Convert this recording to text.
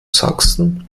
sachsen